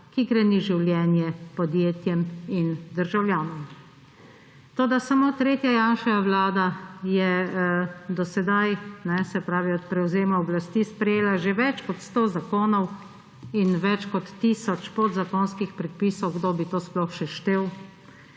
ki greni življenje podjetjem in državljanom. Toda samo tretja Janševa vlada je do sedaj, se pravi od prevzema oblasti, sprejela že več kot sto zakonov in več kot tisoč podzakonskih predpisov – kdo bi to sploh še štel!